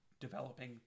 developing